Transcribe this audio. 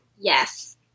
Yes